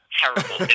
terrible